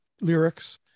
lyrics